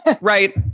Right